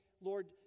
Lord